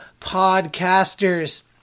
podcasters